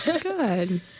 good